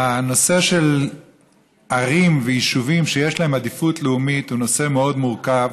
הנושא של ערים ויישובים שיש להם עדיפות לאומית הוא נושא מאוד מורכב.